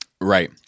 Right